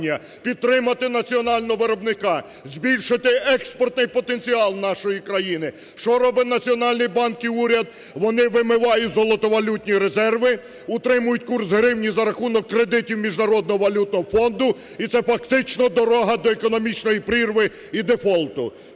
підтримати національного виробника, збільшити експортний потенціал нашої країни, що робить Національний банк і уряд? Вони вимивають золотовалютні резерви, утримують курс гривні за рахунок кредитів Міжнародного валютного фонду, і це фактично дорога до економічної прірви і дефолту.